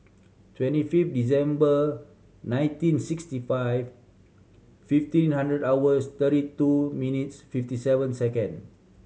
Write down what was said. twenty fifth December nineteen sixty five fifteen hundred hours thirty two minutes fifty seven second